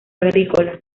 agrícola